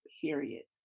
period